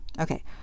Okay